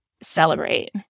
celebrate